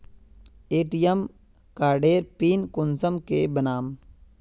ATM कार्डेर PIN कुंसम के बनाम?